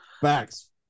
facts